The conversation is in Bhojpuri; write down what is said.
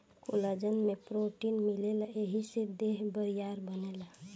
कोलाजन में प्रोटीन मिलेला एही से देह बरियार बनेला